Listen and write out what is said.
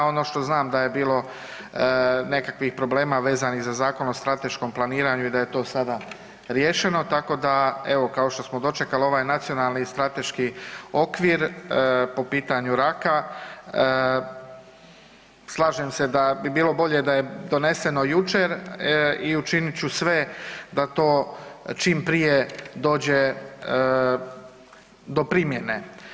Ono što znam da je bilo nekakvih problema vezanih za Zakon o strateškom planiranju i da je to sada riješeno, tako da evo kao što smo dočekali ovaj nacionalni strateški okvir po pitanju raka, slažem se da bi bilo bolje da je doneseno jučer i učinit ću sve da to čim prije dođe do primjene.